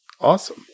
awesome